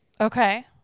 Okay